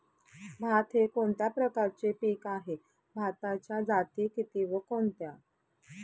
भात हे कोणत्या प्रकारचे पीक आहे? भाताच्या जाती किती व कोणत्या?